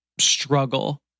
struggle